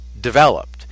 developed